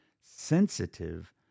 sensitive